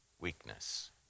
Weakness